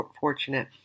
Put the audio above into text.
fortunate